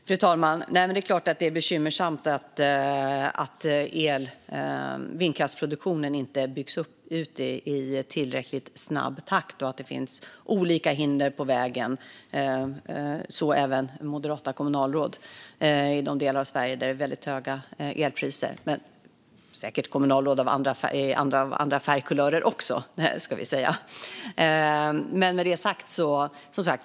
Fru talman! Det är klart att det är bekymmersamt att vindkraftsproduktionen inte byggs ut i tillräckligt snabb takt och att det finns olika hinder på vägen - även moderata kommunalråd - i de delar av Sverige där det är väldigt höga elpriser. Det gäller säkert kommunalråd av andra kulörer också, ska jag säga.